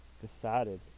decided